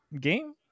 game